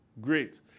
great